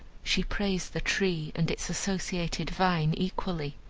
she praised the tree and its associated vine, equally.